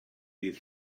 dydd